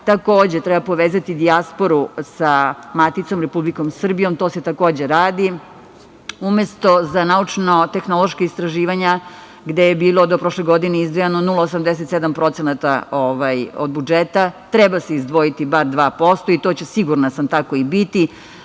Takođe, treba povezati dijasporu sa maticom Republikom Srbijom, to se takođe radi. Umesto za naučno-tehnološka istraživanja, gde je do prošle godine izdvajano 0,87% od budžeta, treba se izdvojiti bar 2%, i to će sigurna sam, tako i biti.